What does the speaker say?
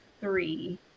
three